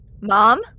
Mom